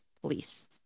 police